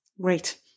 Great